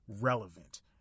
relevant